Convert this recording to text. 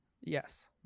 Yes